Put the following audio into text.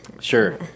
Sure